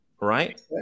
right